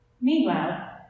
Meanwhile